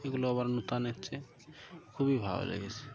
এগুলো আবার নতুন এসেছে খুবই ভালো লেগেছে